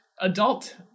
adult